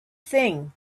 thing